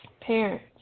parents